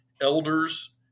elders